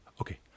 okay